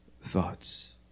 thoughts